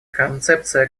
концепция